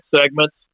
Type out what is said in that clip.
segments